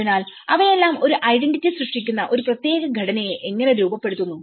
അതിനാൽ ഇവയെല്ലാം ഒരു ഐഡന്റിറ്റി സൃഷ്ടിക്കുന്ന ഒരു പ്രത്യേക ഘടനയെ എങ്ങനെ രൂപപ്പെടുത്തുന്നു